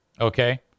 Okay